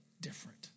different